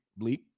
bleep